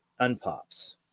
unpops